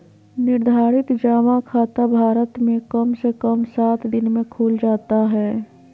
निर्धारित जमा खाता भारत मे कम से कम सात दिन मे खुल जाता हय